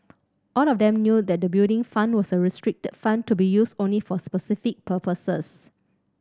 all of them knew that the Building Fund was a restricted fund to be used only for specific purposes